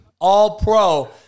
all-pro